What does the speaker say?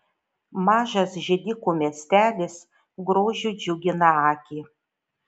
mažas židikų miestelis grožiu džiugina akį